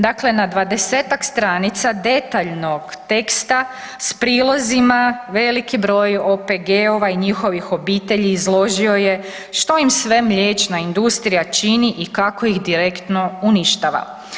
Dakle na dvadesetak stranica detaljnog teksta s prilozima veliki broj OPG-ova i njihovih obitelji, izložio je što im sve mliječna industrija čini i kako ih direktno uništava.